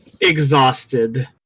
exhausted